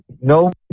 no